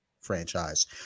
franchise